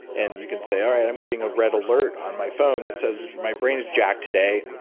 and you can say, all right, i'm getting a red alert on my phone that says my brain is jacked today,